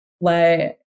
let